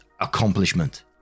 accomplishment